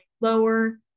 lower